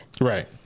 Right